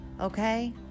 Okay